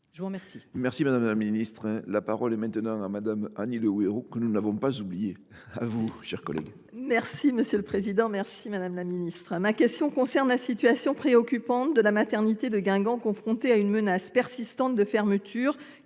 Je vous remercie